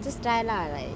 just try lah like